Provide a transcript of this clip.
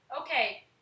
okay